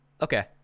okay